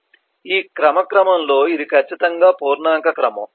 కాబట్టి ఈ క్రమ క్రమంలో ఇది ఖచ్చితంగా పూర్ణాంక క్రమం